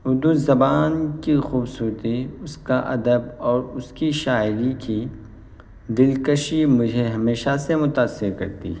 اردو زبان کی خوبصورتی اس کا ادب اور اس کی شاعری کی دلکشی مجھے ہمیشہ سے متاثر کرتی ہے